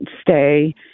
stay